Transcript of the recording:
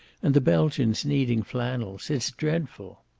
and the belgians needing flannels. it's dreadful.